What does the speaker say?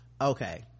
okay